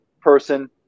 person